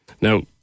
Now